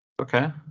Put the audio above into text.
okay